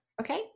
okay